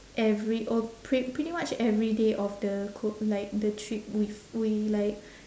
every oh pre~ pretty much every day of the ko~ like the trip we f~ we like